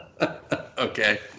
Okay